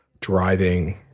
driving